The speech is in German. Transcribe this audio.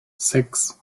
sechs